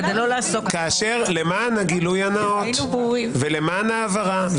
למען הגילוי הנאות ולמען ההבהרה,